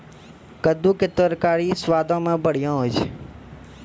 कद्दू के तरकारी स्वादो मे बढ़िया होय छै